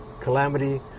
calamity